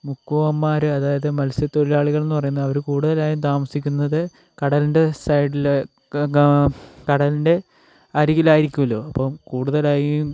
മുക്കുവന്മാർ അതായത് മത്സ്യത്തൊഴിലാളികൾ എന്ന് പറയുന്ന അവർ കൂടുതലായും താമസിക്കുന്നത് കടലിൻ്റെ സൈഡിൽ ക് ക കടലിന്റെ അരികിലായിരിക്കുമല്ലോ അപ്പോൾ കൂടുതലായും